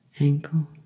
ankle